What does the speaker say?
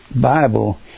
Bible